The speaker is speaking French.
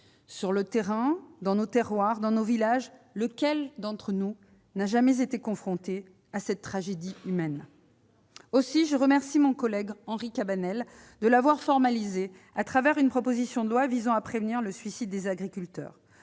Sur le terrain, dans nos terroirs, dans nos villages, lequel d'entre nous n'a jamais été confronté à cette tragédie humaine ? Aussi, je remercie mon collègue Henri Cabanel d'avoir formalisé cette préoccupation au travers d'une proposition de loi visant à prévenir le suicide des agriculteurs.